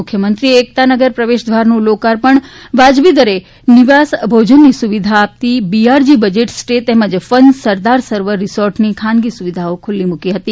મુખ્યમંત્રીએ એકતાનગર પ્રવેશ દ્વારનું લોકાર્પણ વાજબી દરે નિવાસ ભોજનની સુવિધા આપતી બીઆરજી બજેટ સ્ટે તેમજ ફર્ન સરદાર સરોવર રિસોર્ટની ખાનગી સુવિધાઓ ખુલ્લી મુકી હતી